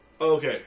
okay